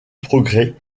progrès